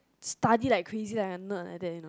study like crazy like a nerd like that you know